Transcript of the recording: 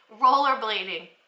rollerblading